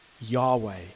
Yahweh